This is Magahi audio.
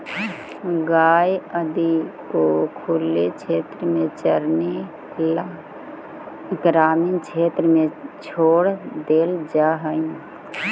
गाय आदि को खुले क्षेत्र में चरने ला ग्रामीण क्षेत्र में छोड़ देल जा हई